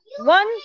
one